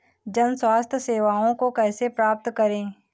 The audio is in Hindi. जन स्वास्थ्य सेवाओं को कैसे प्राप्त करें?